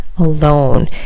alone